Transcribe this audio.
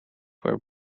were